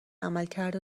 عملکرد